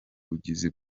bugizi